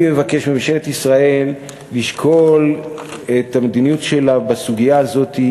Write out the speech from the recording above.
אני הייתי מבקש מממשלת ישראל לשקול את המדיניות שלה בסוגיה הזאת,